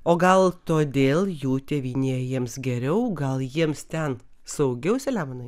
o gal todėl jų tėvynėje jiems geriau gal jiems ten saugiau selemonai